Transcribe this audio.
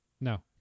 No